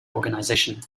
organisation